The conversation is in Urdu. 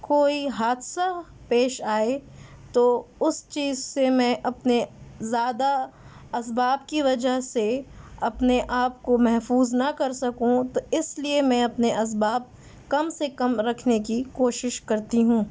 کوئی حادثہ پیش آئے تو اس چیز سے میں اپنے زیادہ اسباب کی وجہ سے اپنے آپ کو محفوظ نہ کر سکوں تو اس لیے میں اپنے اسباب کم سے کم رکھنے کی کوشش کرتی ہوں